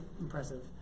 impressive